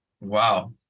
Wow